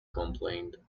complained